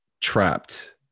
trapped